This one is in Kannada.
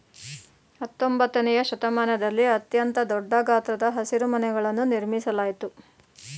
ಹತ್ತೊಂಬತ್ತನೆಯ ಶತಮಾನದಲ್ಲಿ ಅತ್ಯಂತ ದೊಡ್ಡ ಗಾತ್ರದ ಹಸಿರುಮನೆಗಳನ್ನು ನಿರ್ಮಿಸಲಾಯ್ತು